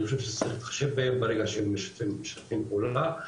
אני חושב שצריך להתחשב בהם ברגע שהם משתפים פעולה,